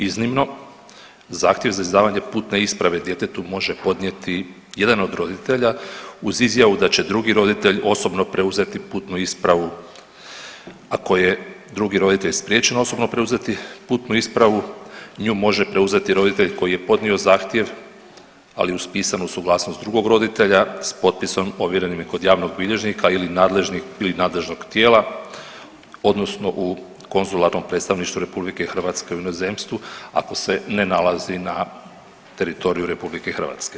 Iznimno, zahtjev za izdavanje putne isprave djetetu može podnijeti jedan od roditelja uz izjavu da će drugi roditelj osobno preuzeti putnu ispravu, ako je drugi roditelj spriječen osobno preuzeti putnu ispravu nju može preuzeti roditelj koji je podnio zahtjev, ali uz pisanu suglasnost drugog roditelja s potpisom ovjerenim i kod javnog bilježnika ili nadležnog tijela odnosno u konzularnom predstavništvu RH u inozemstvu ako se ne nalazi na teritoriju RH.